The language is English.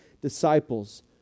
disciples